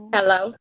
Hello